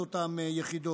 המנהלים באותן יחידות?